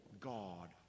god